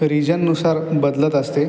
रिजननुसार बदलत असते